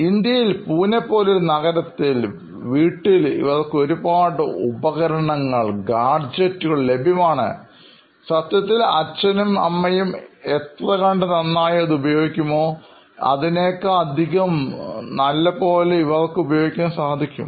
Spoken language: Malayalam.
ഇന്ത്യയിൽ പൂനെ പോലൊരു നഗരത്തിൽ വീട്ടിൽ ഇവർക്ക് ഒരുപാട് ഗാഡ്ജെറ്റുകൾ ലഭ്യമാണ് സത്യത്തിൽ അവരുടെ അച്ഛനും അമ്മയെക്കാളും വളരെ മികച്ച രീതിയിൽ ഇവ ഉപയോഗിക്കാൻ ഇവർക്കറിയാം